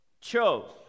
chose